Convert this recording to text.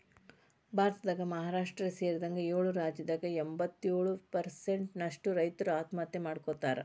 ಭಾರತದಾಗ ಮಹಾರಾಷ್ಟ್ರ ಸೇರಿದಂಗ ಏಳು ರಾಜ್ಯದಾಗ ಎಂಬತ್ತಯೊಳು ಪ್ರಸೆಂಟ್ ನಷ್ಟ ರೈತರು ಆತ್ಮಹತ್ಯೆ ಮಾಡ್ಕೋತಾರ